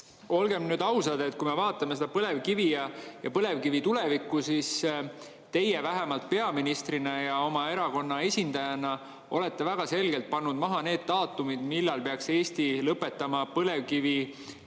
Olgem ausad, kui me vaatame põlevkivi ja põlevkivi tulevikku, siis teie vähemalt peaministrina ja oma erakonna esindajana olete väga selgelt pannud maha need daatumid, millal peaks Eesti lõpetama põlevkivielektri